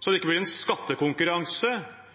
så det ikke blir en skattekonkurranse